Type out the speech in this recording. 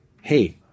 hey